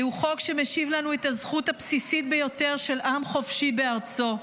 זהו חוק שמשיב לנו את הזכות הבסיסית ביותר של עם חופשי בארצו,